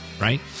right